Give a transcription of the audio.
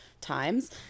times